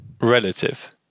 relative